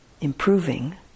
improving